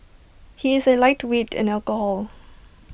he is A lightweight in alcohol